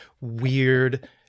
weird